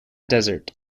desert